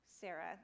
Sarah